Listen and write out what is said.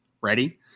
Ready